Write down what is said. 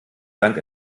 dank